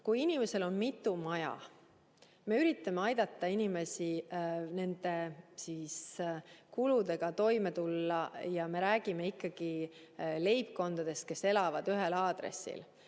et inimesel on mitu maja. Me üritame aidata inimesi nende kuludega toime tulla ja me räägime ikkagi leibkondadest, kes elavad ühel aadressil.